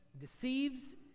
Deceives